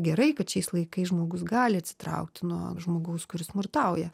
gerai kad šiais laikais žmogus gali atsitraukti nuo žmogaus kuris smurtauja